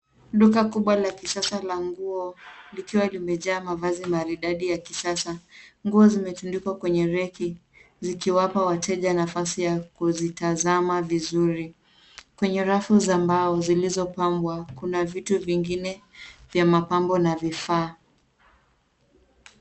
Duka kubwa la kisasa la nguo likiwa limejaa mavazi maridadi ya kisasa . Nguo zimetundikwa kwenye reki zikiwapa wateja nafasi ya kuzitazama vizuri. Kwenye rafu za mbao zilizopangwa, kuna vitu vingine vya mapambo na vifaa.